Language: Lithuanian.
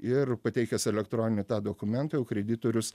ir pateikęs elektroninį tą dokumentą jau kreditorius